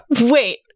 wait